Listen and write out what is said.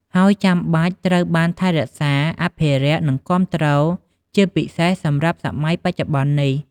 ហើយចាំបាច់ត្រូវបានថែរក្សា អភិរក្ស និងគាំទ្រជាពិសេសសម្រាប់សម័យបច្ចុប្បន្ននេះ។